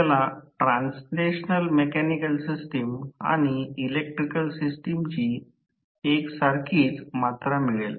आपल्याला translational mechanical system आणि electrical सिस्टमची एक सारखीच मात्रा मिळेल